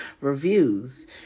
reviews